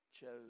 chose